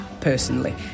Personally